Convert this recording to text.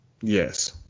Yes